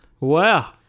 wow